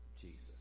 Jesus